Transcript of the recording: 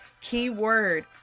Keyword